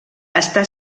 està